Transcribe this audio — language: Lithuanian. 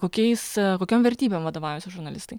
kokiais kokiom vertybėm vadovaujasi žurnalistai